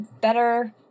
better